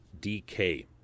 DK